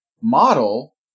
model